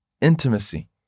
intimacy